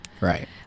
Right